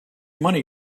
money